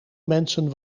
mensen